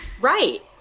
Right